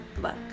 luck